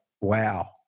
wow